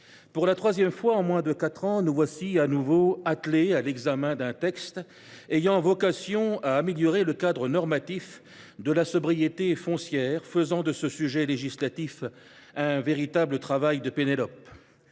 pour la troisième fois en moins de quatre ans, nous voilà attelés à l’examen d’un texte ayant vocation à améliorer le cadre normatif de la sobriété foncière, faisant de ce sujet législatif un véritable travail de Pénélope.